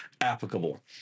applicable